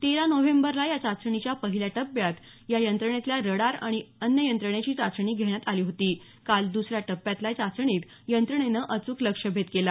तेरा नोव्हेंबरला या चाचणीच्या पहिल्या टप्प्यात या यंत्रणेतल्या रडार आणि अन्य यंत्रणेची चाचणी घेण्यात आली होती काल द्सऱ्या टप्प्यातल्या चाचणीत यंत्रणेनं अचूक लक्ष्यभेद केला